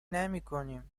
نمیکنم